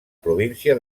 província